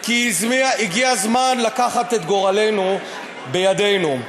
כי הגיע הזמן לקחת את גורלנו בידנו.